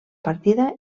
partida